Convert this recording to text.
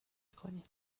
کنید